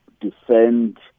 defend